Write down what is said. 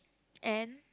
and